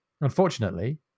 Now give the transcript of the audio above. Unfortunately